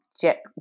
jet